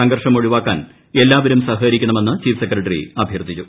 സംഘർഷം ഒഴിവാക്കാൻ എല്ലാവരും സഹകരിക്കണമെന്ന് ചീഫ് സെക്രട്ടറി അഭ്യർത്ഥിച്ചു